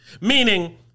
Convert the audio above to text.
Meaning